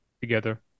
together